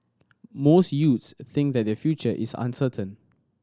most youths a think that their future is uncertain